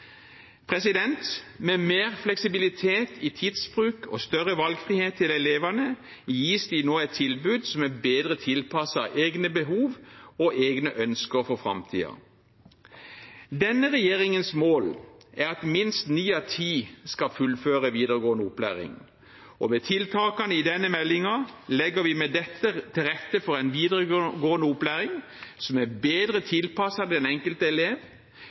Med mer fleksibilitet i tidsbruk og større valgfrihet til elevene gis de nå et tilbud som er bedre tilpasset egne behov og egne ønsker for framtiden. Denne regjeringens mål er at minst ni av ti skal fullføre videregående opplæring. Med tiltakene i denne meldingen legger vi til rette for en videregående opplæring som er bedre tilpasset den enkelte elev,